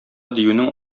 диюнең